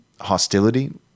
hostility